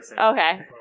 okay